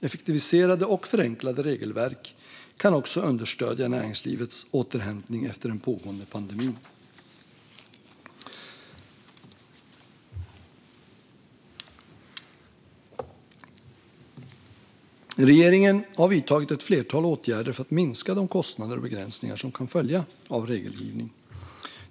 Effektiviserade och förenklade regelverk kan också understödja näringslivets återhämtning efter den pågående pandemin. Regeringen har vidtagit ett flertal åtgärder för att minska de kostnader och begränsningar som kan följa av regelgivning.